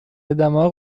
دماغ